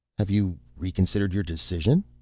have you reconsidered your decision?